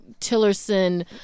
Tillerson